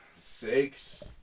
six